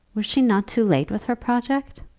was she not too late with her project?